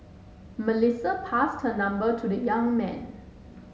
Melissa passed her number to the young man